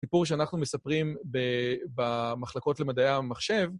סיפור שאנחנו מספרים במחלקות למדעי המחשב.